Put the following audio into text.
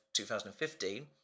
2015